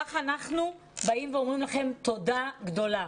כך אנחנו אומרים לכם תודה גדולה.